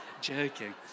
joking